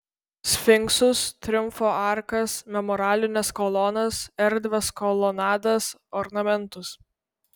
sfinksus triumfo arkas memorialines kolonas erdvias kolonadas ornamentus